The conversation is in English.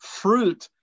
fruit